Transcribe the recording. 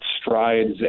strides